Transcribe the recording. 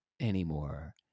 anymore